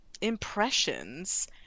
impressions